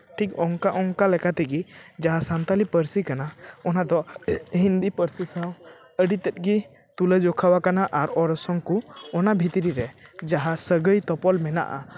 ᱴᱷᱤᱠ ᱚᱱᱠᱟ ᱚᱱᱠᱟ ᱞᱮᱠᱟ ᱛᱮᱜᱮ ᱡᱟᱦᱟᱸ ᱥᱟᱱᱛᱟᱞᱤ ᱯᱟᱹᱨᱥᱤ ᱠᱟᱱᱟ ᱚᱱᱟ ᱫᱚ ᱦᱤᱱᱫᱤ ᱯᱟᱹᱨᱥᱤ ᱥᱟᱶ ᱟᱹᱰᱤ ᱛᱮᱫ ᱜᱮ ᱛᱩᱞᱟᱹ ᱡᱠᱷᱟᱣ ᱟᱠᱟᱱᱟ ᱟᱨ ᱚᱨᱥᱚᱝ ᱠᱚ ᱚᱱᱟ ᱵᱷᱤᱛᱨᱤ ᱨᱮ ᱡᱟᱦᱟᱸ ᱥᱟᱹᱜᱟᱹᱭ ᱛᱚᱯᱚᱞ ᱢᱮᱱᱟᱜᱼᱟ